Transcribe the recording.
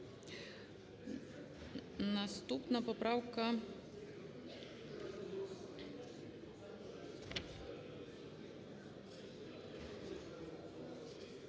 наступна поправка